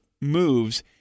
moves